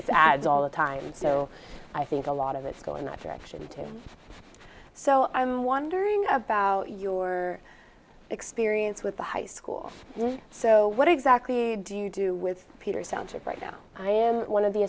it's ads all the time so i think a lot of it is going in that direction to so i'm wondering about your experience with the high school so what exactly do you do with peter centric right now i am one of the